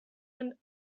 and